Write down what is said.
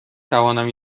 توانم